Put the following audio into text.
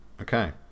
Okay